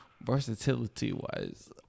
versatility-wise